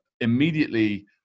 immediately